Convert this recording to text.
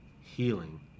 healing